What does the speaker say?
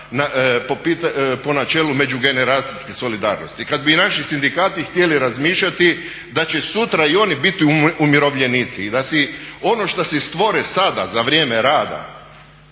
po načelu međugeneracijske solidarnosti. I kada bi i naši sindikati htjeli razmišljati da će sutra i oni biti umirovljenici i da si ono što si stvore sada za vrijeme rada